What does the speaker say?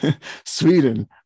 Sweden